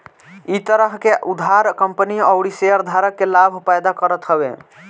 इ तरह के उधार कंपनी अउरी शेयरधारक के लाभ पैदा करत हवे